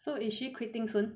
so is she quitting soon